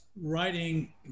writing